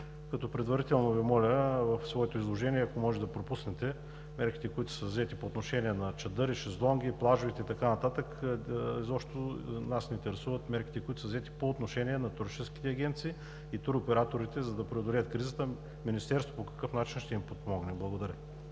Предварително Ви моля в своето изложение, ако можете, да пропуснете мерките, които са взети по отношение на чадъри, шезлонги, плажове и така нататък. Нас ни интересуват мерките, които са взети по отношение на туристическите агенции и туроператорите, за да се преодолее кризата. По какъв начин Министерството ще ги подпомогне? Благодаря.